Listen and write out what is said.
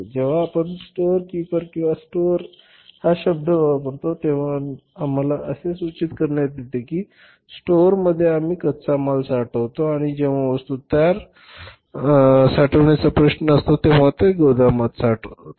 जेव्हा आपण स्टोअरकीपर किंवा स्टोअर हा शब्द वापरतो तेव्हा आम्ही असे सूचित करतो की स्टोअरमध्ये आम्ही कच्चा माल साठवतो आणि जेव्हा तयार वस्तू साठवण्याचा प्रश्न असतो तेव्हा आम्ही त्या गोदामात साठवतो